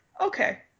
okay